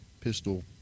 pistol